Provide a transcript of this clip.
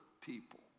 people